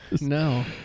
no